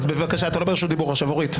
אז בבקשה, אתה לא ברשות דיבור, עכשיו אורית.